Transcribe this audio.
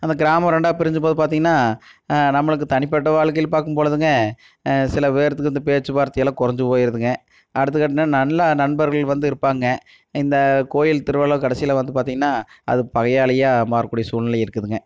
அந்த கிராமம் ரெண்டாக பிரிஞ்ச போது பார்த்தீங்கனா நம்மளுக்கு தனிப்பட்ட வாழ்க்கையில் பார்க்கும் பொழுதுங்க சில பேர்த்துக்கு இந்த பேச்சு வார்த்தை எல்லாம் குறைஞ்சு போய்ருதுங்க அடுத்துகடுத்து நல்ல நண்பர்கள் வந்து இருப்பாங்க இந்த கோவில் திருவிழா கடைசியில் வந்து பார்த்தீங்கனா அது பகையாளியாக மாறக்கூடிய சூழ்நிலை இருக்குதுங்க